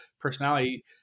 personality